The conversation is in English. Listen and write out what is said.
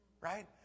right